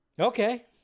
okay